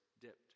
dipped